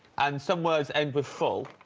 and some words end with full